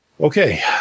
okay